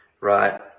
Right